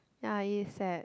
ya is sad